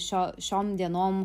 šio šiom dienom